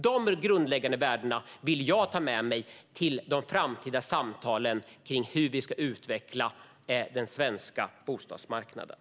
Dessa grundläggande värden vill jag ta med mig till de framtida samtalen kring hur vi ska utveckla den svenska bostadsmarknaden.